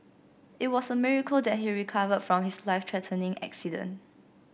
it was a miracle that he recovered from his life threatening accident